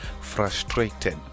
frustrated